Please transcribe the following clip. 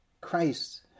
Christ